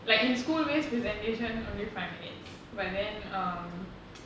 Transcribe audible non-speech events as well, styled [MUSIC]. like in school based presentation only five minutes but then um [NOISE]